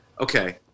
okay